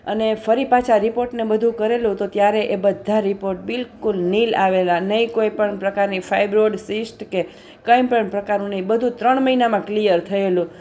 અને ફરી પાછા રિપોર્ટને બધું કરેલું તો ત્યારે એ બધા રિપોર્ટ બિલકુલ નીલ આવેલા નહીં કોઈપણ પ્રકારની ફાઇબ્રોડ શિષ્ટ કે કાંઇપણ પ્રકારનું નહીં બધું ત્રણ મહિનામાં ક્લિયર થયેલું